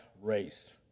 race